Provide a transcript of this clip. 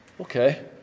Okay